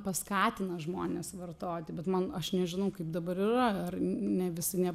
paskatina žmones vartoti bet man aš nežinau kaip dabar yra ar ne vis ne